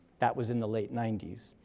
that was in the late ninety s.